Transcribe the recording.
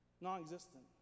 non-existent